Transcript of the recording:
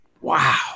Wow